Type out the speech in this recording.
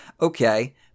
okay